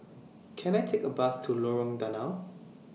Can I Take A Bus to Lorong Danau